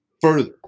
further